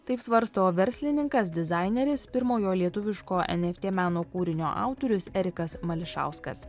taip svarsto verslininkas dizaineris pirmojo lietuviško eft meno kūrinio autorius erikas mališauskas